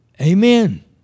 Amen